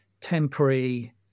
temporary